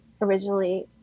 originally